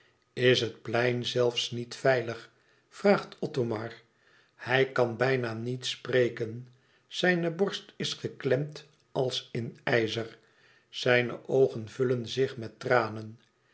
is het plein zelfs niet veilig vraagt othomar hij kan bijna niet spreken zijne borst is geklemd als in ijzer zijne oogen vullen zich met tranen